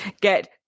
get